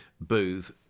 Booth